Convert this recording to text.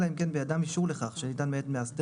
אלא אם כן בידם אישור לכך שניתן על ידי מאסדר